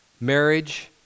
marriage